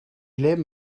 leben